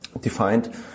defined